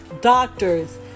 doctors